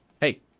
hey